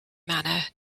manor